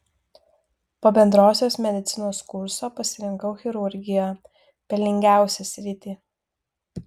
po bendrosios medicinos kurso pasirinkau chirurgiją pelningiausią sritį